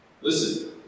Listen